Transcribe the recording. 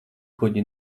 kuģi